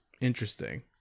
Interesting